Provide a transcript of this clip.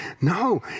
No